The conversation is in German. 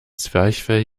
zwerchfell